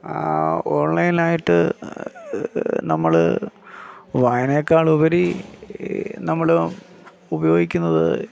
online ആയിട്ട് നമ്മൾ വായനയേക്കാളുപരി നമ്മൾ ഉപയോഗിക്കുന്നത്